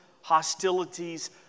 hostilities